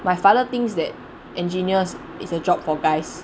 my father thinks that engineers is a job for guys